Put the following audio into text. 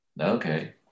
okay